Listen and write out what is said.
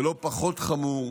ולא פחות חמור,